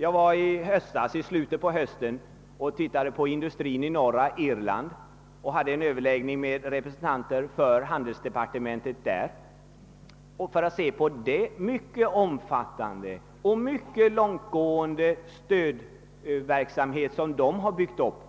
Jag var i slutet av hösten i norra Irland och hade överläggningar med representanter för handelsdepartementet där om industrin. Jag studerade den mycket omfattande och långtgående stödverksamhet som man där har byggt upp